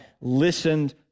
listened